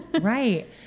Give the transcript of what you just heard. Right